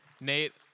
Nate